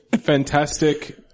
Fantastic